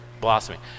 blossoming